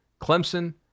Clemson